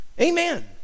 Amen